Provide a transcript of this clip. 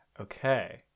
Okay